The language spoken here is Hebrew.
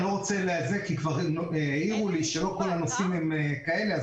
כבר העירו לי שלא כל הנוסעים הם כאלה,